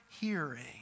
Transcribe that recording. hearing